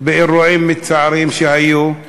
באירועים מצערים שהיו,